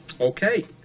Okay